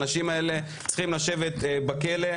האנשים האלה צריכים לשבת בכלא,